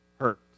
hurt